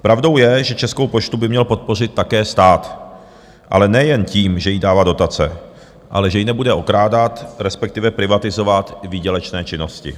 Pravdou je, že Českou poštu by měl podpořit také stát, ale nejen tím, že jí dává dotace, ale že ji nebude okrádat, respektive privatizovat výdělečné činnosti.